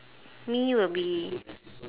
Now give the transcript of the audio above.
me will be